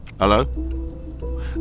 Hello